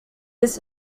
this